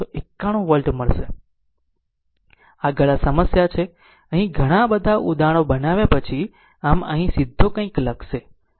આગળ આ સમસ્યા છે અહીં ઘણા બધા ઉદાહરણો બનાવ્યા પછી આમ અહીં સીધો કંઈક લખશે